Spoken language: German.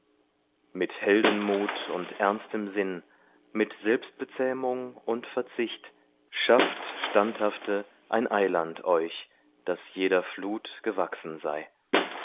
mit heldenmut und ernstem sinn mit selbstbezähmung und verzicht schafft standhafte ein eiland euch das jeder flut gewachsen sei